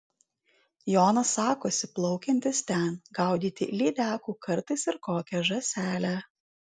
jonas sakosi plaukiantis ten gaudyti lydekų kartais ir kokią žąselę